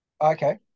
okay